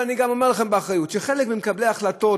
ואני גם אומר לכם באחריות שחלק ממקבלי ההחלטות,